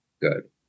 good